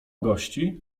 gości